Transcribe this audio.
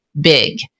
big